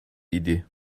idi